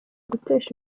gutesha